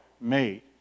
made